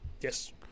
Yes